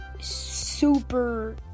super